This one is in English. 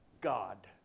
God